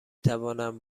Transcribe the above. توانم